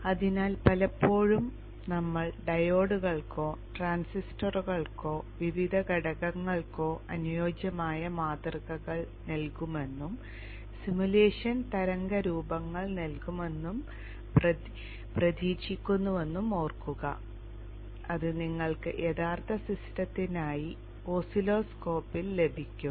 അതിനാൽ പലപ്പോഴും ഞങ്ങൾ ഡയോഡുകൾക്കോ ട്രാൻസിസ്റ്ററുകൾക്കോ വിവിധ ഘടകങ്ങൾക്കോ അനുയോജ്യമായ മാതൃകകൾ നൽകുമെന്നും സിമുലേഷൻ തരംഗരൂപങ്ങൾ നൽകുമെന്ന് പ്രതീക്ഷിക്കുന്നുവെന്നും ഓർക്കുക അത് നിങ്ങൾക്ക് യഥാർത്ഥ സിസ്റ്റത്തിനായി ഓസിലോസ്കോപ്പിൽ ലഭിക്കും